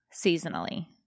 seasonally